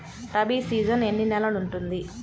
Rabi season ఎన్ని నెలలు ఉంటుంది?